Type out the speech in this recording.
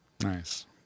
Nice